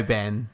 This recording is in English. Ben